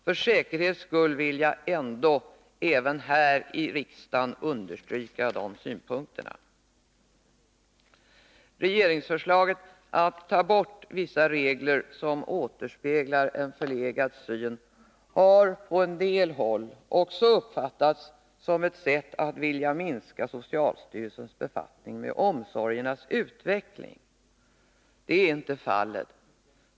För säkerhets skull vill jag ändå även här i riksdagen understryka de synpunkterna. Regeringsförslaget att ta bort vissa regler som återspeglar en förlegad syn har på en del håll också uppfattats som ett sätt att försöka minska socialstyrelsens befattning med omsorgernas utveckling. Så är inte fallet.